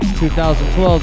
2012